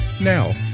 Now